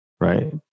right